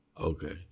Okay